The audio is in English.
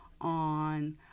on